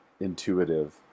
intuitive